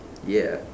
ya